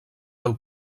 del